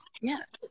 yes